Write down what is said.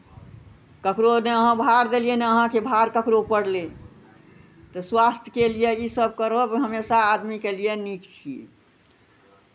ककरो नहि अहाँ भार देलियै नहि अहाँके भार ककरो पड़लै तऽ स्वास्थ्यके लिए इसभ करब हमेशा आदमीके लिए नीक छी